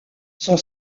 son